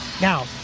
Now